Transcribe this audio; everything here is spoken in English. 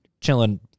Chilling